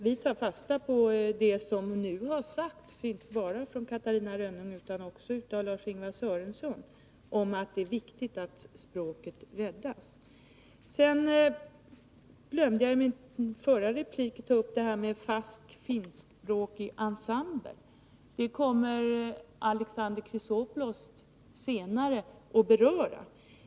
Vi tar fasta på det som nu har sagts — inte bara av Catarina Rönnung utan också av Lars-Ingvar Sörenson — att det är viktigt att språket räddas. Jag glömde att i min förra replik ta upp frågan om en fast finskspråkig ensemble. Detta kommer Alexander Chrisopoulos senare att beröra.